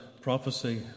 prophecy